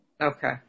Okay